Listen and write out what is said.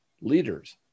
Leaders